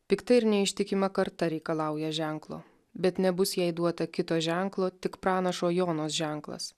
pikta ir neištikima karta reikalauja ženklo bet nebus jai duota kito ženklo tik pranašo jonos ženklas